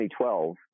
2012